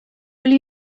will